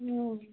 हँ